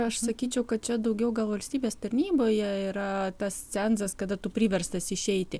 aš sakyčiau kad čia daugiau gal valstybės tarnyboje yra tas cenzas kada tu priverstas išeiti